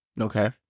Okay